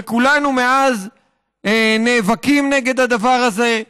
וכולנו מאז נאבקים נגד הדבר הזה.